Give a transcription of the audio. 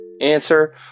Answer